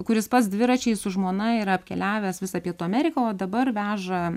kuris pats dviračiais su žmona yra apkeliavęs visą pietų ameriką o dabar veža